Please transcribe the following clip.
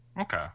okay